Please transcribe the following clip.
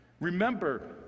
Remember